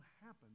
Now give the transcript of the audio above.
happen